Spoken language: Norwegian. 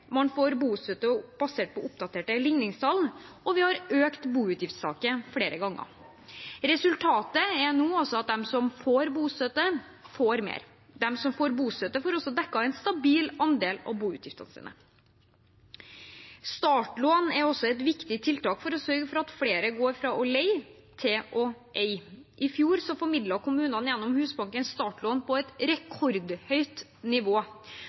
Man får bostøtte basert på oppdaterte ligningstall, og vi har økt boutgiftstaket flere ganger. Resultatet er nå at de som får bostøtte, får mer. De som får bostøtte, får også dekket en stabil andel av boutgiftene sine. Startlån er også et viktig tiltak for å sørge for at flere går fra å leie til å eie. I fjor formidlet kommunene, gjennom Husbanken, startlån på et rekordhøyt nivå.